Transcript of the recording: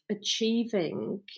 achieving